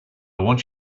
want